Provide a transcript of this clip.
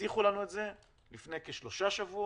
הבטיחו לנו את זה לפני כשלושה שבועות,